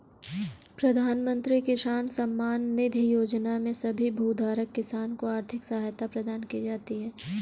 प्रधानमंत्री किसान सम्मान निधि योजना में सभी भूधारक किसान को आर्थिक सहायता प्रदान की जाती है